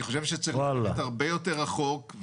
אני חושב שצריך ללכת הרבה יותר רחוק,